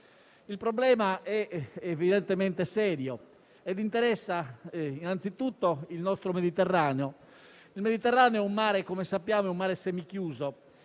Il problema è evidentemente serio e interessa innanzitutto il nostro Mediterraneo, il quale - come sappiamo - è un mare semichiuso